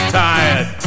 tired